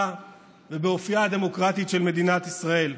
ובאופייה הדמוקרטי של מדינת ישראל,